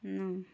ন